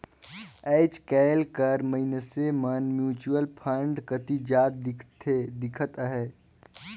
आएज काएल कर मइनसे मन म्युचुअल फंड कती जात दिखत अहें